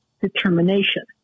determination